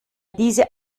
diese